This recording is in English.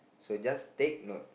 so just take note